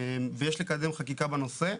ויש לקדם חקיקה בנושא.